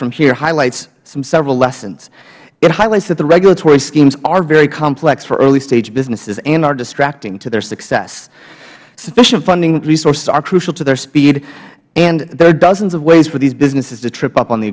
from here highlights some several lessons it highlights that the regulatory schemes are very complex for early stage businesses and are distracting to their success sufficient funding resources are crucial to their speed and there are dozens of ways for these businesses to trip up on the